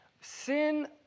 Sin